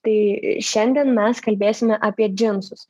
tai šiandien mes kalbėsime apie džinsus